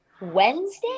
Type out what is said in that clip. Wednesday